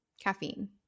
caffeine